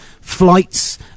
flights